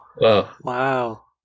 Wow